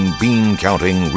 bean-counting